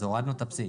אז הורדנו את הפסיק.